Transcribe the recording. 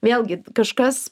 vėlgi kažkas